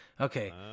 Okay